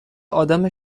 آدم